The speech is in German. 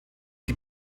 die